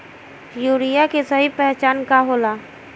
Urea के सही पहचान का होला?